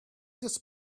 this